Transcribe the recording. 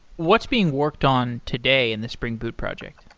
what's being worked on today in the spring boot project?